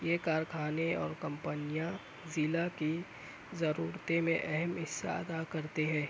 یہ کارخانے اور کمپنیاں ضلع کی ضرورتیں میں اہم حصہ ادا کرتے ہیں